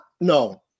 no